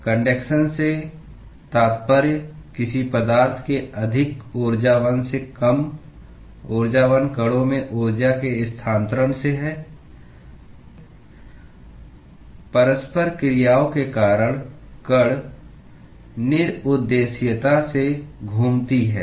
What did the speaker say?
conduction से तात्पर्य किसी पदार्थ के अधिक ऊर्जावान से कम ऊर्जावान कणों में ऊर्जा के स्थानांतरण से है परस्पर क्रियाओं के कारण कण निरुद्देश्यता से घूमती है